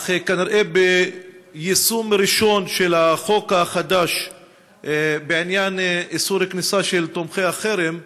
אך כנראה ביישום ראשון של החוק החדש בעניין איסור כניסה של תומכי החרם,